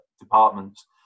departments